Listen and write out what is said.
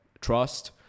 trust